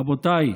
רבותיי,